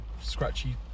scratchy